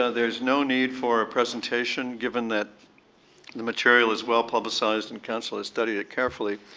ah there is no need for a presentation given that the material is well publicized and council has studied it carefully.